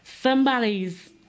somebody's